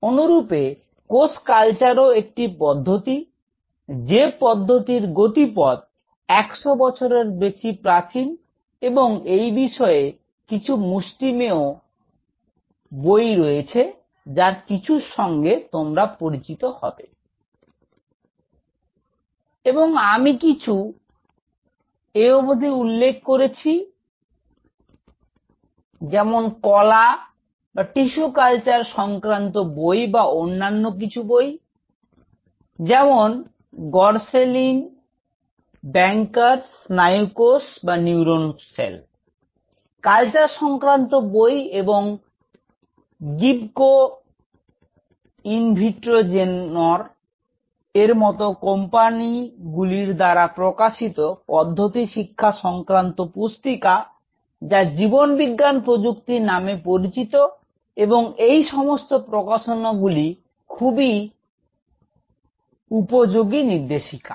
অনুরূপে কোষ কালচারও একটি পদ্ধতি যে পদ্ধতির গতিপথ 100 বছরেরও বেশি প্রাচীন এবং এই বিষয়ে কিছু মুষ্টিমেয় বই রয়েছে যার কিছুর সঙ্গে তোমরা পরিচিত হবে এবং কিছু আমি এতবধি উল্লেখ করেছি যেমন Refer Time 0411 কলা কালচার সংক্রান্ত বই বা অন্য কিছু বই যেমন gorsline bankers স্নায়ুকোষ কালচার সংক্রান্ত বই এবং Gibco Invitrogenor এর মত কোম্পানিগুলির দ্বারা প্রকাশিত পদ্ধতিশিক্ষা সংক্রান্ত পুস্তিকা যা জীবন বিজ্ঞান প্রযুক্তি নামে পরিচিত এবং এই সব প্রকাশনাগুলি সত্যিই খুবই উপযোগী নির্দেশিকা